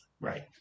right